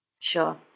sure